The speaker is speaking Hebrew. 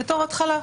בתור התחלה,